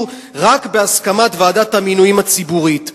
רק בהסכמת ועדת המינויים הציבורית,